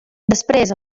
després